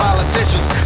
Politicians